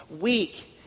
weak